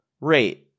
rate